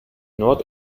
nord